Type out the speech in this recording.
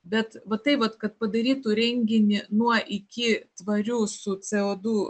bet va tai vat kad padarytų renginį nuo iki tvariu su co du